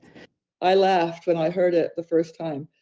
i laughed when i heard it the first time.